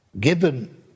given